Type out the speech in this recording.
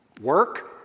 work